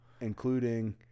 including